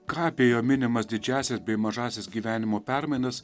ką apie jo minimas didžiąsias bei mažąsias gyvenimo permainas